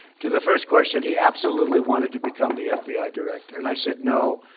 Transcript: to the first question, he absolutely wanted to become the fbi director, and i said, no.